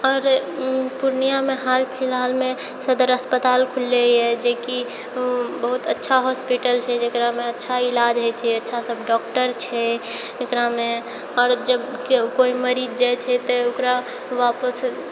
आओर पूर्णियामे हाल फिलहालमे सदर अस्पताल खुललैए जेकि बहुत अच्छा हॉस्पिटल छै जकरामे अच्छा इलाज होइ छै अच्छा सब डॉक्टर छै एकरामे आओर जब कियो कोइ मरीज जाइ छै तब ओकर वापस